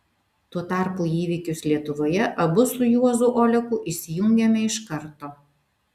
tuo tarpu į įvykius lietuvoje abu su juozu oleku įsijungėme iš karto